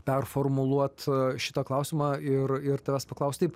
performuluot šitą klausimą ir ir tavęs paklaust taip